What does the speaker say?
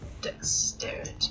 Dexterity